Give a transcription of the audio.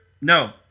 No